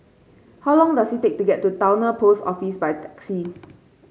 how long does it take to get to Towner Post Office by taxi